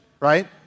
right